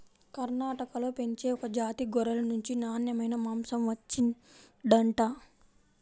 కర్ణాటకలో పెంచే ఒక జాతి గొర్రెల నుంచి నాన్నెమైన మాంసం వచ్చిండంట